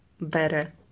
better